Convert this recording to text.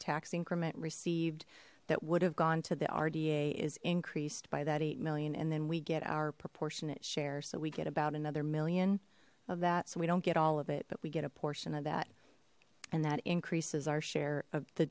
increment received that would have gone to the rda is increased by that eight million and then we get our proportionate share so we get about another million of that so we don't get all of it but we get a portion of that and that increases our share of the